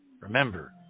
Remember